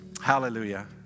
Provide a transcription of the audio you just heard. Hallelujah